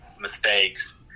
mistakes